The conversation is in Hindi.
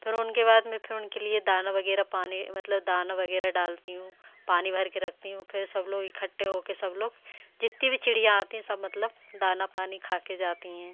फ़िर उनके बाद में फ़िर उनके लिए दाना वगैरह पानी मतलब दाना वगैरह डालती हूँ पानी भरकर रखती हूँ फ़िर सब लोग इकट्ठे होकर सब लोग जितनी भी चिड़िया आती हैं सब मतलब दाना पानी खाकर जाती हैं